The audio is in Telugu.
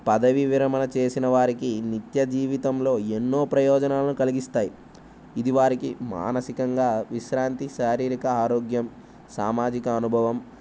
పదవి విరమణ చేసిన వారికి నిత్య జీవితంలో ఎన్నో ప్రయోజనాలను కలిగిస్తాయి ఇది వారికి మానసికంగా విశ్రాంతి శారీరిక ఆరోగ్యం సామాజిక అనుభవం